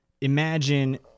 imagine